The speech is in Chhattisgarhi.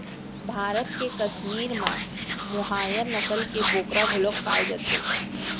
भारत के कस्मीर म मोहायर नसल के बोकरा घलोक पाए जाथे